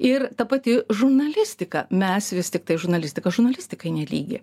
ir ta pati žurnalistika mes vis tiktai žurnalistika žurnalistikai nelygi